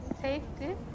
safety